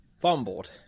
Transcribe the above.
fumbled